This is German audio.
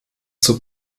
zur